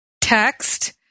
text